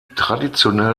traditionell